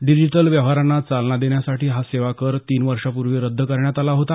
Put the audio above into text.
digital व्यवहारांना चालना देण्यासाठी हा सेवा कर तीन वर्षांपूर्वी रद्द करण्यात आला होता